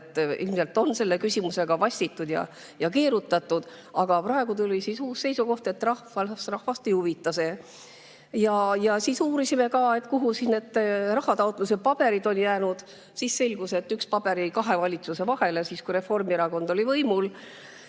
ilmselt on selle küsimusega vassitud ja keerutatud, aga praegu tuli uus seisukoht, et see rahvast ei huvita. Uurisime ka, kuhu siis need rahataotluse paberid on jäänud. Selgus, et üks paber jäi kahe valitsuse vahele, siis kui Reformierakond oli võimul.